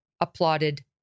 applauded